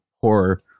horror